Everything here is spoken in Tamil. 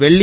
வெள்ளி